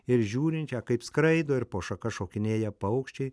ir žiūrinčią kaip skraido ir po šakas šokinėja paukščiai